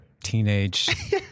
teenage